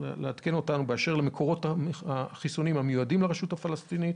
לעדכן אותנו באשר למקורות החיסונים המיועדים לרשות הפלסטינית,